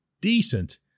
decent